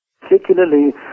particularly